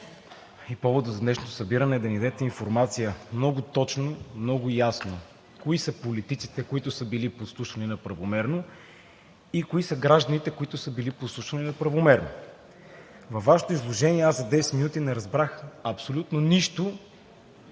поводът за днешното събиране е да ни дадете информация много точно, много ясно: кои са политиците, които са били подслушвани неправомерно и кои са гражданите, които са били подслушвани неправомерно? Във Вашето изложение за 10 минути аз не разбрах абсолютно нищо